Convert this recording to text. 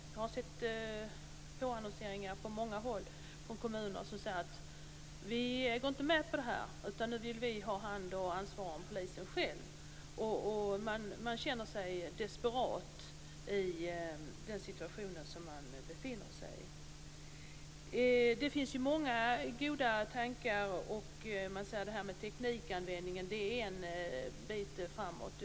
Jag har hört uttalanden från kommuner på många håll om att man inte går med på detta utan vill ha hand om och ansvara för polisen själv. Man känner sig desperat i den situation som man befinner sig i. Det finns många goda tankar. Teknikanvändningen innebär att man går en bit framåt.